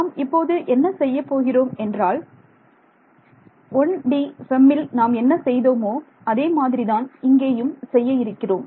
நாம் இப்போது என்ன செய்யப் போகிறோம் என்றால் 1D FEMல் நாம் என்ன செய்தோமோ அதே மாதிரிதான் இங்கேயும் செய்ய இருக்கிறோம்